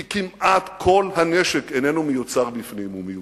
כי כמעט כל הנשק איננו מיוצר בפנים, הוא מיובא,